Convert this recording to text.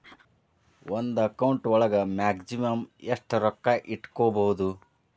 ಒಂದು ಅಕೌಂಟ್ ಒಳಗ ಮ್ಯಾಕ್ಸಿಮಮ್ ಎಷ್ಟು ರೊಕ್ಕ ಇಟ್ಕೋಬಹುದು?